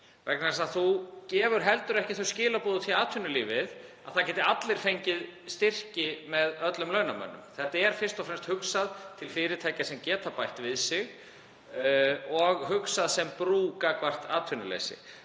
þess að maður gefur heldur ekki þau skilaboð út í atvinnulífið að það geti allir fengið styrki með öllum launamönnum. Þetta er fyrst og fremst hugsað til fyrirtækja sem geta bætt við sig og sem brú gagnvart atvinnuleysi.